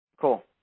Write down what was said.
Cool